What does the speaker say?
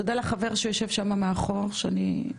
תודה לחבר שיושם מאחור, גל.